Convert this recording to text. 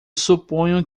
suponho